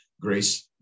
Grace